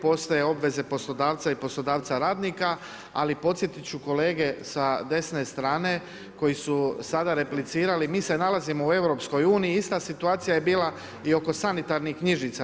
Postoje obveze poslodavca i poslodavca radnika, ali podsjetit ću kolege sa desne strane koji su sada replicirali, mi se nalazimo u EU, ista situacija je bila i oko sanitarnih knjižica.